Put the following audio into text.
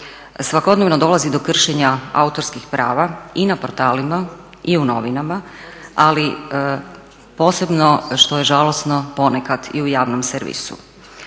Svakodnevno dolazi do kršenja autorskih prava i na portalima i u novinama, ali posebno što je žalosno ponekad i u javnom servisu.